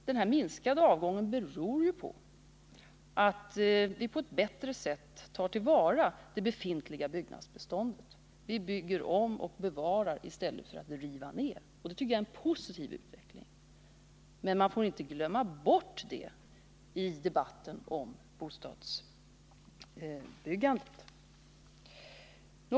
Denna minskade avgång beror ju på att vi på ett bättre sätt tar till vara det befintliga bostadsbeståndet. Vi bygger om och bevarar i stället för att riva ner. Det tycker jag är en positiv utveckling, men man får inte glömma bort detta i debatten om bostadsbyggandet.